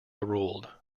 ruled